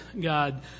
God